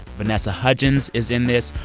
vanessa hudgens is in this.